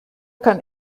kann